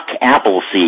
Appleseed